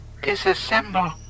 Disassemble